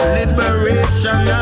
liberation